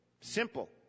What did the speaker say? Simple